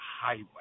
highway